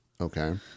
Okay